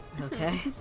Okay